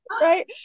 Right